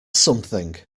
something